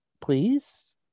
please